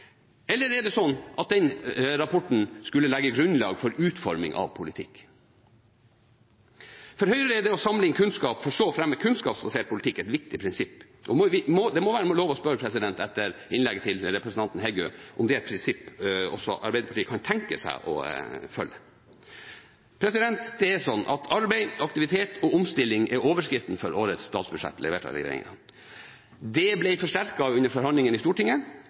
eller er det slik at den rapporten skulle legge grunnlaget for utforming av politikk? For Høyre er det å samle inn kunnskap, for så å fremme kunnskapsbasert politikk, et viktig prinsipp. Det må være lov å spørre – etter innlegget fra representanten Heggø – om dette er et prinsipp også Arbeiderpartiet kan tenke seg å følge. Arbeid, aktivitet og omstilling er overskriften for årets forslag til statsbudsjett levert av regjeringen. Det ble forsterket under forhandlingene i Stortinget.